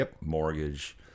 mortgage